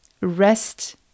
Rest